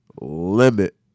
limit